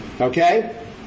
Okay